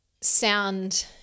sound